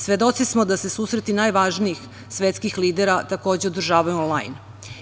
Svedoci smo dase susreti najvažnijih svetskih lidera takođe održavaju onlajn.